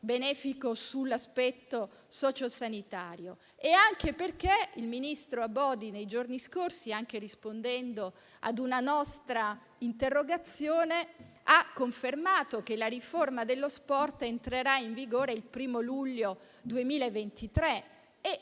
benefico sull'aspetto sociosanitario. Il ministro Abodi, nei giorni corsi, rispondendo anche a una nostra interrogazione, ha confermato che la riforma dello sport entrerà in vigore il 1° luglio 2023.